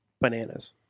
bananas